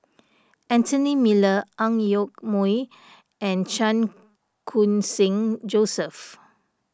Anthony Miller Ang Yoke Mooi and Chan Khun Sing Joseph